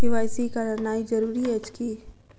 KYC करानाइ जरूरी अछि की?